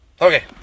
Okay